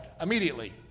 immediately